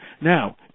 Now